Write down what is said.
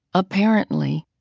apparently,